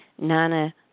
nana